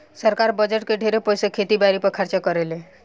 सरकार बजट के ढेरे पईसा खेती बारी पर खर्चा करेले